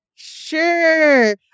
sure